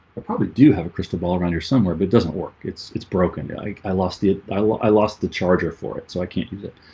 i probably do have a crystal ball around here somewhere but doesn't work. it's it's broken yeah like i lost the i like i lost the charger for it, so i can't use it